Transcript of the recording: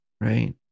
right